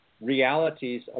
realities